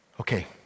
Okay